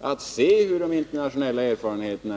att se på de internationella erfarenheterna.